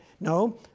No